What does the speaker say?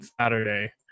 Saturday